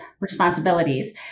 responsibilities